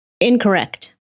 Incorrect